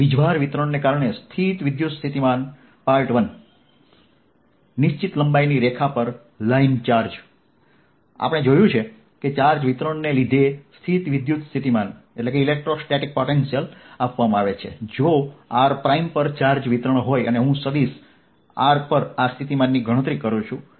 વીજભાર વિતરણ ને કારણે સ્થિત વિદ્યુતસ્થિતિમાન I નિશ્ચિત લંબાઇની રેખા પર લાઈન ચાર્જ આપણે જોયું છે કે ચાર્જ વિતરણને લીધે સ્થિત વિદ્યુતસ્થિતિમાન આપવામાં આવે છે જો r પર ચાર્જ વિતરણ હોય અને હું સદિશ r પર આ સ્થિતિમાનની ગણતરી કરું છું